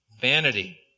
vanity